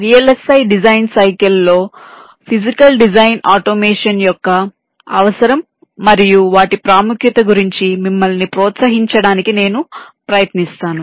కాబట్టి VLSI design cycle లో physical design automation యొక్క అవసరం మరియు వాటి ప్రాముఖ్యత గురించి మిమ్మల్ని ప్రోత్సహించడానికి నేను ప్రయత్నిస్తాను